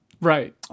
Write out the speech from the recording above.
Right